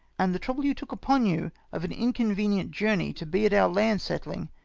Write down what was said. and the trouble you took upon you of an inconvenient journey to be at our land settling,